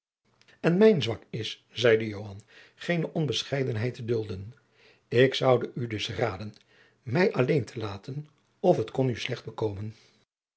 en mijn zwak is zeide joan geene onbescheidenheid te dulden ik zoude u dus raden mij alleen te laten of het kon u slecht bekomen